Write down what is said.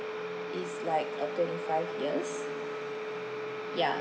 is like uh twenty five years yeah